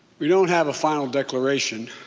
we don't have a final declaration